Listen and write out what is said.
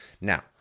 now